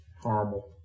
Horrible